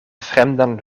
fremdan